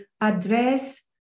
address